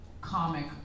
comic